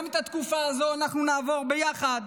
גם את התקופה הזו אנחנו נעבור ביחד,